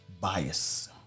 bias